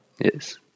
Yes